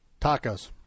Tacos